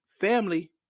family